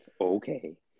Okay